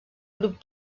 grup